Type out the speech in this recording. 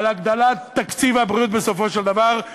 על הגדלת תקציב הבריאות בסופו של דבר,